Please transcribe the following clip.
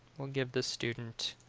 we'll give the student